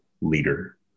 leader